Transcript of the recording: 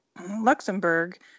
Luxembourg